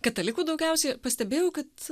katalikų daugiausiai pastebėjau kad